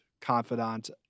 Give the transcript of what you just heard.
confidant